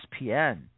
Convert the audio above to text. ESPN